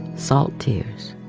salt tears